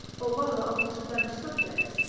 or rather on his flemish subjects,